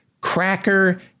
Cracker